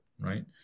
right